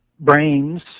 brains